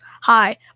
Hi